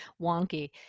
wonky